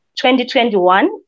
2021